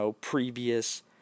previous